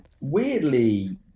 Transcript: Weirdly